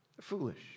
Foolish